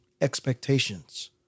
Expectations